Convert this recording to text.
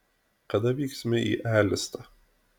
kada vyksime į elistą